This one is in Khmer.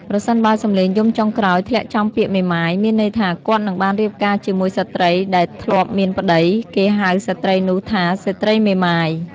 ប្រសិនបើសំឡេងយំចុងក្រោយធ្លាក់ចំពាក្យ "មេម៉ាយ" មានន័យថាគាត់នឹងបានរៀបការជាមួយស្ត្រីដែលធ្លាប់មានប្ដី គេហៅស្រ្តីនោះថាស្ត្រីមេម៉ាយ ។